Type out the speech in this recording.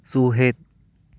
ᱥᱩᱦᱮᱫ